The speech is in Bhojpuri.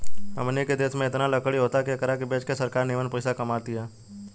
हमनी के देश में एतना लकड़ी होता की एकरा के बेच के सरकार निमन पइसा कमा तिया